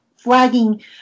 flagging